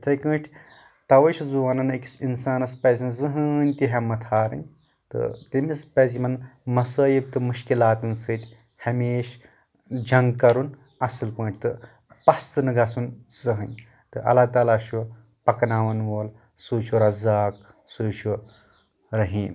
اِتھٕے کٲٹھۍ توے چھُس بہٕ ونان أکِس انسانس پزِ نہٕ زٕہٲنۍ تہِ ہیٚمت ہارٕنۍ تہٕ تٔمِس پزِ یِمن مصٲیِب تہٕ مُشکلاتن سۭتۍ ہمیشہِ جنٛگ کرُن اصل پٲٹھۍ تہٕ پستہٕ نہٕ گژھُن زٕہٲنۍ تہٕ اللہ تعالیٰ چھُ پکناون وول سُے چھُ رزاق سُے چھُ رٔحیٖم